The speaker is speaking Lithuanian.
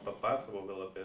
papasakok gal apie